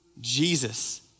Jesus